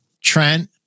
Trent